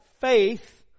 faith